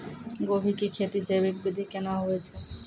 गोभी की खेती जैविक विधि केना हुए छ?